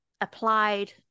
applied